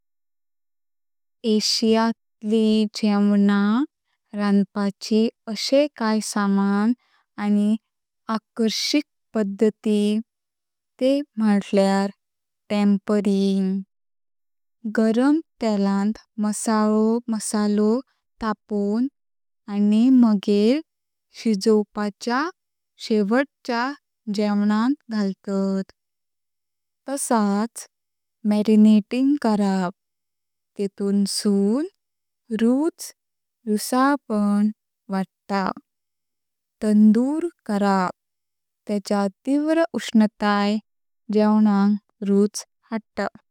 एशिया तळी जेवणं रांदपाची आहे काही समान आनी आकर्षिक पद्धती ते म्हटल्यार टेंपरिंग, गरम तेलांत मसालो तापवून आनी मगे शिजोपाचया शेवटच्या जेवणांत घालतात। तसाच मॅरीनेटिंग करप तेथुन सुं रुछ, रुसल्पण वडता। तंदूर करप तेची तीव्र उष्णताय जेवणाक रुछ हडता।